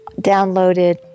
downloaded